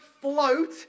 float